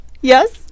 Yes